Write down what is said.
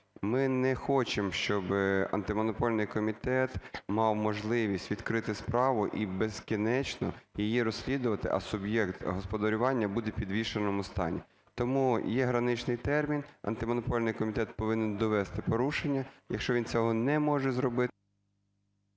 ми не хочемо, щоб Антимонопольний комітет мав можливість відкрити справу і безкінечно її розслідувати, а суб'єкт господарювання буде в підвішеному стані. Тому є граничний термін, Антимонопольний комітет повинен довести порушення. Якщо він цього не може зробити…